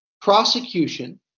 prosecution